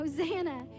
Hosanna